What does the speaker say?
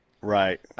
Right